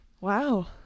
Wow